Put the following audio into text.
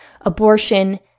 abortion